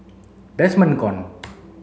Desmond Kon